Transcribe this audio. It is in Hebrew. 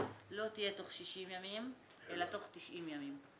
לא תהיה תוך 60 ימים אלא תוך 90 ימים.